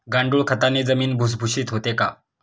गांडूळ खताने जमीन भुसभुशीत होते का?